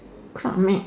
crowd